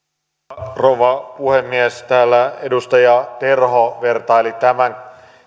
arvoisa rouva puhemies täällä edustaja terho vertaili